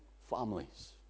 families